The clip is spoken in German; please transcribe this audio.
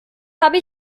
habe